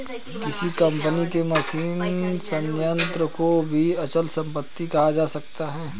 किसी कंपनी के मशीनी संयंत्र को भी अचल संपत्ति कहा जा सकता है